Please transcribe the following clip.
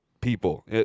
people